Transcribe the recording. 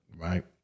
Right